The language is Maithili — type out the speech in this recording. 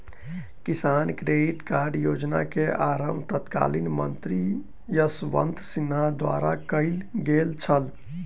किसान क्रेडिट कार्ड योजना के आरम्भ तत्कालीन मंत्री यशवंत सिन्हा द्वारा कयल गेल छल